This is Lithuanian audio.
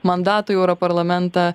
mandato į europarlamentą